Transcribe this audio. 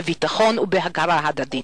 בביטחון ובהכרה הדדית.